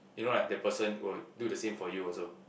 you know like the person will do the same for you also